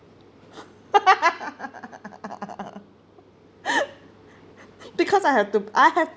because I have to I have to